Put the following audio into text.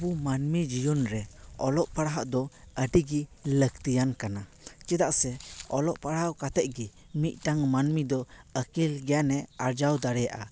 ᱟᱵᱚ ᱢᱟᱹᱱᱢᱤ ᱡᱤᱭᱚᱱ ᱨᱮ ᱚᱞᱚᱜ ᱯᱟᱲᱦᱟᱣ ᱫᱚ ᱟᱹᱰᱤ ᱜᱮ ᱞᱟᱹᱠᱛᱤᱭᱟᱱ ᱠᱟᱱᱟ ᱪᱮᱫᱟᱜ ᱥᱮ ᱚᱞᱚᱜ ᱯᱟᱲᱦᱟᱣ ᱠᱟᱛᱮ ᱜᱮ ᱢᱤᱫᱴᱟᱝ ᱢᱟᱹᱱᱢᱤ ᱫᱚ ᱟᱹᱠᱤᱞ ᱜᱮᱭᱟᱱᱮ ᱟᱨᱡᱟᱣ ᱫᱟᱲᱮᱭᱟᱜᱼᱟ